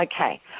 Okay